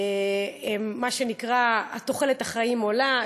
מה שנקרא, תוחלת החיים עולה.